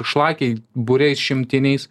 šlakiai būriais šimtiniais